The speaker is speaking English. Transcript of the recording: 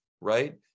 right